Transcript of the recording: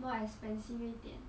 more expensive 一点